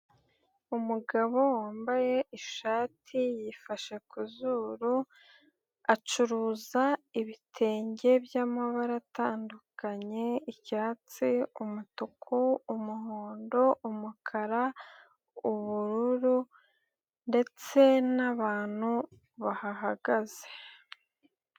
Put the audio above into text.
Umugabo wambaye ishati yifashe ku zuru, acuruza ibitenge by'amabara atandukanye icyatsi, umutuku, umuhondo, umukara, ubururu, ndetse n'abantu bahahagaze.